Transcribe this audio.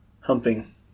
humping